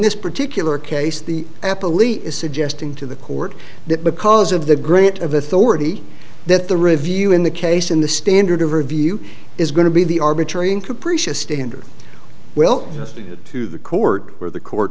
this particular case the apple e is suggesting to the court that because of the grant of authority that the review in the case in the standard of review is going to be the arbitrary and capricious standard well enough to get to the court where the court